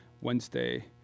Wednesday